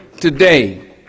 today